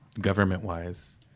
government-wise